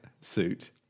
suit